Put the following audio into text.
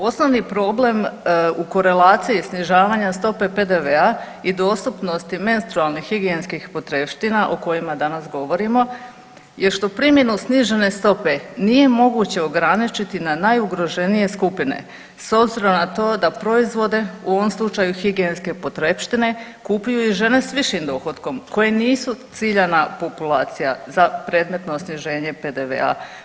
Osnovni problem u korelaciji snižavanja stope PDV-a i dostupnosti menstrualnih higijenskih potrepština o kojima danas govorimo je što primjenu snižene stope nije moguće ograničiti na najugroženije skupine s obzirom na to da proizvode u ovom slučaju higijenske potrepštine kupuju i žene s višim dohotkom koje nisu ciljana populacija za predmetno sniženje PDV-a.